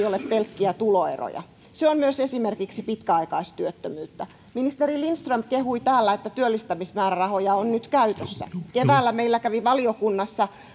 ole pelkkiä tuloeroja se on myös esimerkiksi pitkäaikaistyöttömyyttä ministeri lindström kehui täällä että työllistämismäärärahoja on nyt käytössä keväällä meillä kävi valiokunnassa